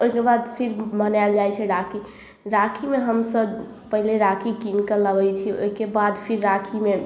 ओहिके बाद फिर मनायल जाइ छी राखी राखीमे हमसब पहिले राखी कीन कऽ लबै छी ओहिके बाद फिर राखीमे